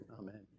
Amen